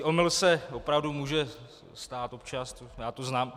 Omyl se opravdu může stát občas, já to znám.